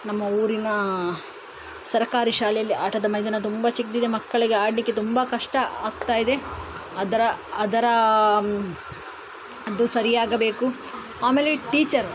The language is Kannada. ನಮ್ಮ ಊರಿನ ಸರಕಾರಿ ಶಾಲೇಲಿ ಆಟದ ಮೈದಾನ ತುಂಬ ಚಿಕ್ಕದಿದೆ ಮಕ್ಕಳಿಗೆ ಆಡಲಿಕ್ಕೆ ತುಂಬ ಕಷ್ಟ ಆಗ್ತಾಯಿದೆ ಅದರ ಅದರ ದು ಸರಿ ಆಗಬೇಕು ಆಮೇಲೆ ಟೀಚರ್